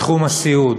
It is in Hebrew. בתחום הסיעוד